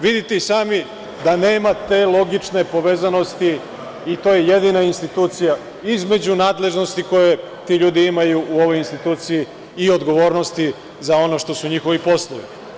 Vidite i sami da nema te logične povezanosti i to je jedina institucija između nadležnosti koje ti ljudi imaju u ovoj instituciji i odgovornosti za ono što su njihovi poslovi.